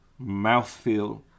Mouthfeel